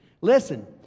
Listen